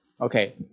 Okay